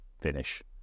finish